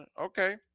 okay